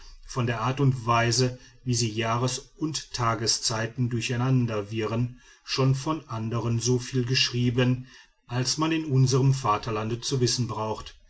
von der art und weise wie sie jahres und tageszeiten durcheinander wirren schon von anderen so viel geschrieben als man in unserem vaterlande zu wissen braucht